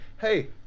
hey